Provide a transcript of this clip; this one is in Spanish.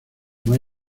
más